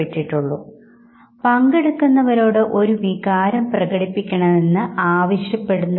അത്തരത്തിലുള്ള പോസിറ്റീവ് വികാരങ്ങളുടെ പ്രകടനത്തെ ആണ് അവർ അംഗീകരിക്കുന്നത്